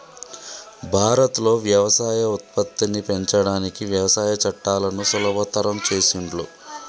భారత్ లో వ్యవసాయ ఉత్పత్తిని పెంచడానికి వ్యవసాయ చట్టాలను సులభతరం చేసిండ్లు